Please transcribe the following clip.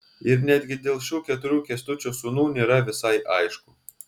ir netgi dėl šių keturių kęstučio sūnų nėra visai aišku